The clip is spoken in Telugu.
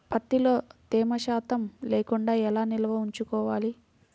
ప్రత్తిలో తేమ శాతం లేకుండా ఎలా నిల్వ ఉంచుకోవాలి?